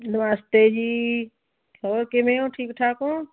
ਨਮਸਤੇ ਜੀ ਹੋਰ ਕਿਵੇਂ ਹੋ ਠੀਕ ਠਾਕ ਹੋ